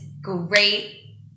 great